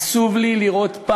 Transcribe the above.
עצוב לי לראות,